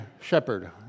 shepherd